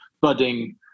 budding